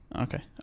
Okay